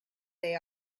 they